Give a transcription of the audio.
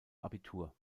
abitur